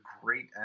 great